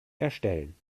erstellen